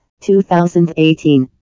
2018